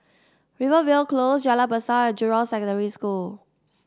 Rivervale Close Jalan Besar and Jurong Secondary School